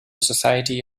society